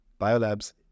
biolabs